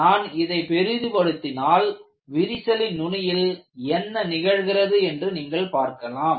நான் இதை பெரிதுபடுத்தினால் விரிசலின் நுனியில் என்ன நிகழ்கிறது என்று நீங்கள் பார்க்கலாம்